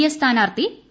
A സ്ഥാനാർഥി P